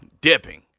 dipping